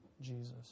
Jesus